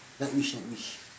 night wish night wish